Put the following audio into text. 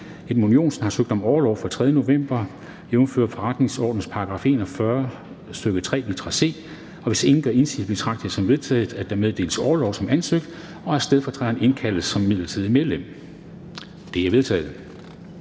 Edmund Joensen (SP) har søgt om orlov fra den 3. november 2020, jf. forretningsordenens § 41, stk. 3, litra c. Hvis ingen gør indsigelse, betragter jeg det som vedtaget, at der meddeles orlov som ansøgt, og at stedfortræderen indkaldes som midlertidig medlem. Det er vedtaget.